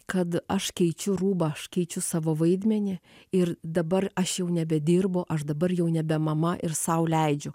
kad aš keičiu rūbą aš keičiu savo vaidmenį ir dabar aš jau nebedirbu aš dabar jau nebe mama ir sau leidžiu